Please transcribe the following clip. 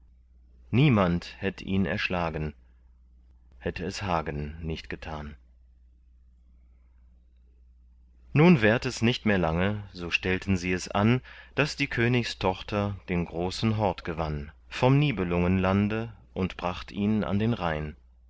niemand hätt ihn erschlagen hätt es hagen nicht getan nun währt es nicht mehr lange so stellten sie es an daß die königstochter den großen hort gewann vom nibelungenlande und bracht ihn an den rhein